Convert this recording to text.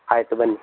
ಆಯಿತು ಬನ್ನಿ